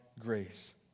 grace